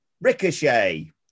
ricochet